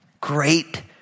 great